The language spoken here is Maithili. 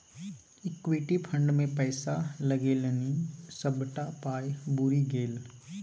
इक्विटी फंड मे पैसा लगेलनि सभटा पाय बुरि गेल